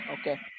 Okay